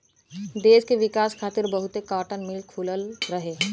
देस के विकास खातिर बहुते काटन मिल खुलल रहे